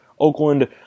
Oakland